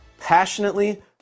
passionately